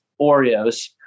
Oreos